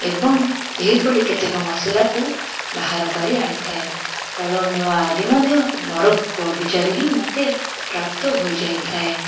ଏବଂ ଏହିଭଳି କେତେକ ମସଲାକୁ ବାହାର କରି ଆଣିଥାଏ ଫଳମୂଳ ଆଦି ମଧ୍ୟ ମୋର ବାଗିଚାରୁ ହିଁ ମତେ ପ୍ରାପ୍ତ ହୋଇଯାଇଥାଏ